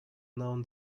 noun